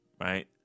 right